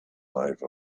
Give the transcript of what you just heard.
life